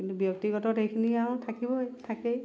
কিন্তু ব্যক্তিগতত এইখিনি আৰু থাকিবই থাকেই